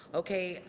okay?